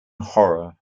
horror